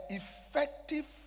effective